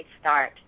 start